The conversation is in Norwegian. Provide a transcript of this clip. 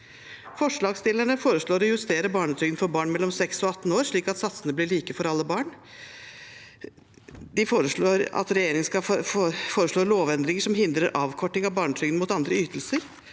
Forslagsstillerne foreslår å justere barnetrygden for barn mellom 6 og 18 år, slik at satsene blir like for alle barn. De foreslår at regjeringen skal foreslå lovendringer som hindrer avkorting av barnetrygden mot andre ytelser,